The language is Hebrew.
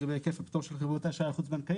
לגבי היקף הפטור של חברות האשראי החוץ בנקאי.